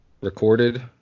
recorded